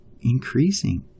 increasing